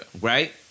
Right